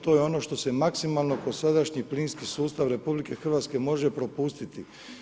To je ono što se maksimalno kod sadašnji plinski sustav RH može propustiti.